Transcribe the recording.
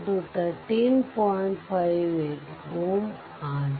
58 Ω ಆಗಿದೆ